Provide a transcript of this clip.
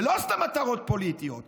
ולא סתם מטרות פוליטיות,